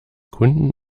kunden